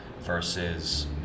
versus